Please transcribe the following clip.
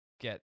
get